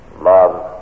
love